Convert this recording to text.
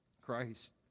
Christ